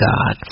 God